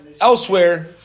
elsewhere